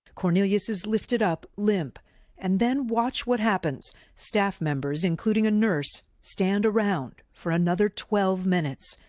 cornelius is lifted up limp and then watch what happens. staff members, including a nurse stand around for another twelve minutes.